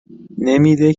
نمیده